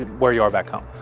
where you are back home.